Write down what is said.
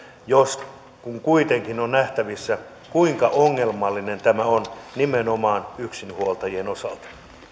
jos ja kun kuitenkin on nähtävissä kuinka ongelmallinen tämä on nimenomaan yksinhuoltajien osalta